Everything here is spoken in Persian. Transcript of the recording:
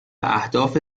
اهداف